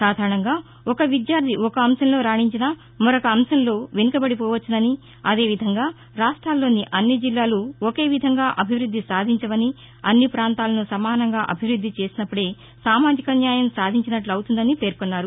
సాధారణంగా ఒక విద్యార్లి ఒక అంశంలో రాణించినా మరొక అంశంలో వెనుకబడిపోవచ్చునని అదేవిధంగా రాష్ట్రాల్లోని అన్ని జిల్లాలు ఒకేవిధంగా అభివృద్ది సాధించవని అన్ని ప్రాంతాలను సమానంగా అభివృద్ది చేసినపుదే సామాజిక న్యాయం సాధించినట్లు అవుతుందని పేర్కొన్నారు